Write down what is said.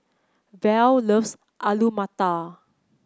Val loves Alu Matar